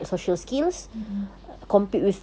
mm mm